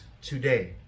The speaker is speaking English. today